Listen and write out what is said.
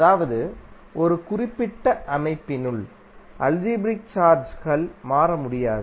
அதாவது ஒரு குறிப்பிட்ட அமைப்பினுள் அல்ஜீப்ரிக் சார்ஜ் கள் மாற முடியாது